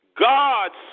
God's